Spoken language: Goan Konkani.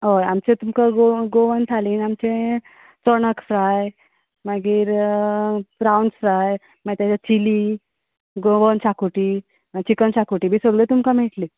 हय आमचे तुमकां गोवन थालीन आमचें चोणक फ्राय मागीर प्रावन्स फ्राय मागीर तेजें chilli Goan xacuti chicken xacuti बी सगलें तुमकां मेळटल्यो